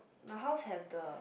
my house have the